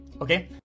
Okay